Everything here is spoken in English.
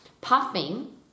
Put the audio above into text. Puffing